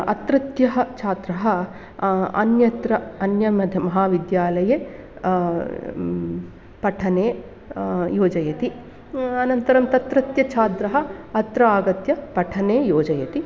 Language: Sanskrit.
अत्रत्यः छात्रः अन्यत्र अन्य मध महाविद्यालये पठने योजयति अनन्तरं तत्रत्य छात्रः अत्र आगत्य पठने योजयति